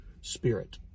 spirit